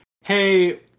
Hey